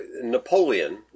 Napoleon